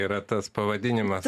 yra tas pavadinimas